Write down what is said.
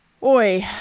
Boy